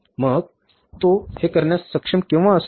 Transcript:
मग तो हे करण्यास सक्षम केव्हा असेल